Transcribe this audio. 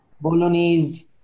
Bolognese